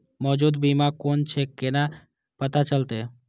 मौजूद बीमा कोन छे केना पता चलते?